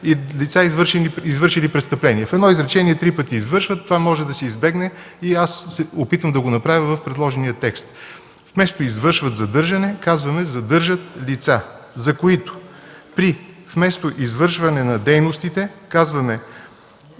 лица, извършили престъпления. В едно изречение три пъти „извършват” – това може да се избегне и аз се опитвам да го направя в предложения текст. Вместо „извършват задържане” казваме: „задържат лица, за които при...”, вместо „извършване на дейностите”, казваме...